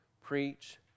Preach